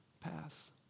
pass